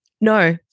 No